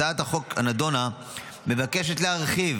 הצעת החוק הנדונה מבקשת להרחיב